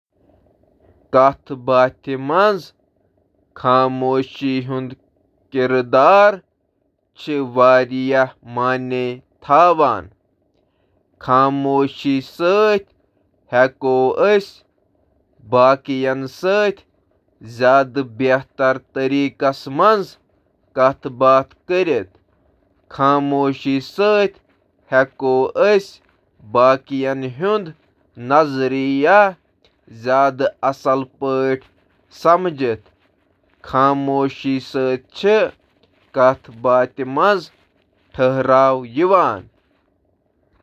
خاموشی ہیکہٕ مواصلاتس منٛز اہم کردار ادا کرتھ، تہٕ احترام، توجہ تہٕ تفہیم ہنٛد اظہار خاطرٕ ہیکہٕ استعمال یوان کرنہٕ۔ یہٕ ہیکہٕ مواصلات بڑاونہٕ، تعلقاتن فروغ دینہٕ تہٕ قراردادن تام تیزی سان واتنہٕ خٲطرٕ اکھ تعمیری آلہ تہٕ ٲستھ۔